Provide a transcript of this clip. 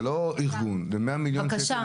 זה 100 מיליון שקל.